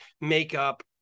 makeup